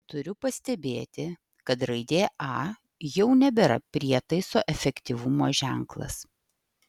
turiu pastebėti kad raidė a jau nebėra prietaiso efektyvumo ženklas